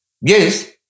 Yes